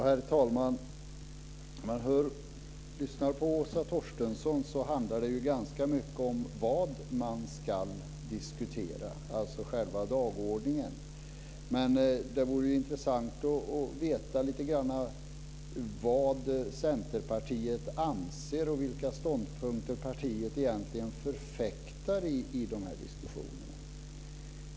Herr talman! När man lyssnar på Åsa Torstensson så hör man att det handlar ganska mycket om vad man ska diskutera, dvs. själva dagordningen. Men det vore ju också intressant att få veta vad Centerpartiet anser och vilka ståndpunkter partiet egentligen förfäktar i diskussionerna.